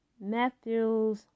Matthews